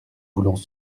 voulons